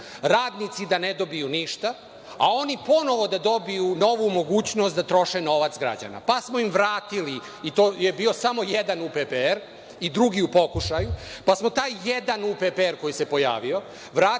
radnici da ne dobiju ništa, a oni ponovo da dobiju novu mogućnost da troše novac građana, pa smo im vratili, i to je bio samo jedan UPPR i drugi u pokušaju, pa smo taj jedan UPPR koji se pojavio